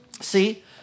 See